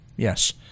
Yes